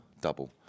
double